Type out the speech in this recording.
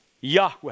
Yahweh